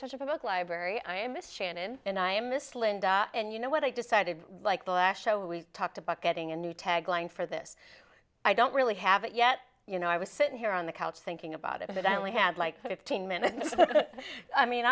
such a big library i am miss shannon and i am miss linda and you know what i decided like the last show we talked about getting a new tagline for this i don't really have it yet you know i was sitting here on the couch thinking about it i only had like ten minutes i mean